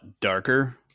darker